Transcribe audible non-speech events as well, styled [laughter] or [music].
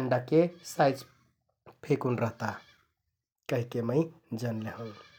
अण्डाके साइज [noise] फेकुन रहता कहिके मै जनले हौं ।